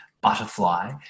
butterfly